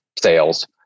sales